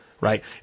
right